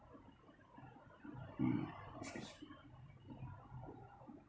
excuse me